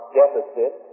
deficit